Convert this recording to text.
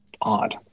Odd